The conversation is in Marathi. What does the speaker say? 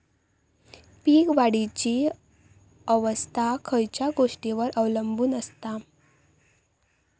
पीक वाढीची अवस्था खयच्या गोष्टींवर अवलंबून असता?